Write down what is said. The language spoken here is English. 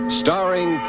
starring